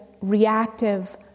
reactive